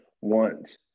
want